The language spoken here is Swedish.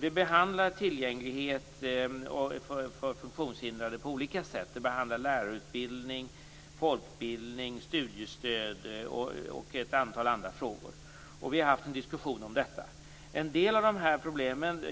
Den behandlar tillgänglighet för funktionshindrade på olika sätt. Den behandlar lärarutbildning, folkbildning, studiestöd och ett antal andra frågor som vi har haft en diskussion om. En del av frågorna